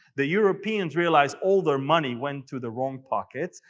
the europeans realize all their money went into the wrong pockets.